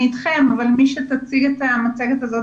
אני אתכם אבל מי שתציג את המצגת הזאת